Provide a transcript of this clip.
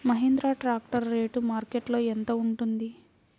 Mahindra tractor rate మార్కెట్లో యెంత ఉంటుంది?